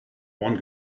one